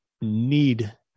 need